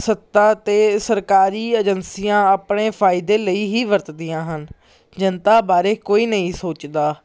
ਸੱਤਾ ਅਤੇ ਸਰਕਾਰੀ ਏਜੰਸੀਆਂ ਆਪਣੇ ਫਾਇਦੇ ਲਈ ਹੀ ਵਰਤਦੀਆਂ ਹਨ ਜਨਤਾ ਬਾਰੇ ਕੋਈ ਨਹੀਂ ਸੋਚਦਾ